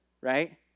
right